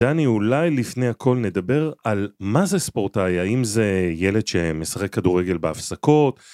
דני, אולי לפני הכל נדבר על מה זה ספורטאי, האם זה ילד שמשחק כדורגל בהפסקות?